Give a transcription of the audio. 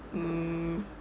um